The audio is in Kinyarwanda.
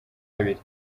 abiri